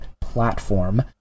platform